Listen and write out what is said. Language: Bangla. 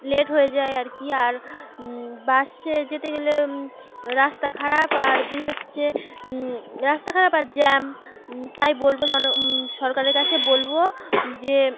লেট হয়ে যায় আর কি আর বাসে যেতে গেলে রাস্তা খারাপ আর দুই হচ্ছে রাস্তা খারাপ আর জ্যাম তাই বলব জন সরকারের কাছে বলব যে